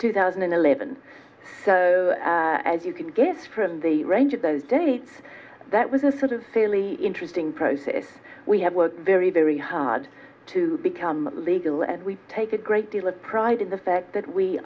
two thousand and eleven so as you can guess from the range of those dates that was a sort of fairly interesting process we have worked very very hard to become legal and we take a great deal of pride in the fact that we